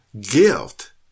gift